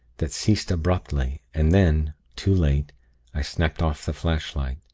that ceased abruptly and then too late i snapped off the flashlight.